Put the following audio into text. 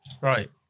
Right